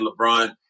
LeBron